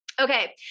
Okay